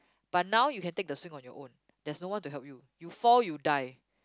but now you can take the swing on your own there's no one to help you you fall you die